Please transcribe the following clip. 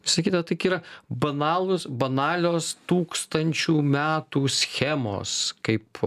visa kita tik yra banalūs banalios tūkstančių metų schemos kaip